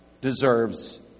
deserves